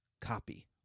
copy